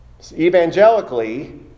Evangelically